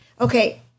Okay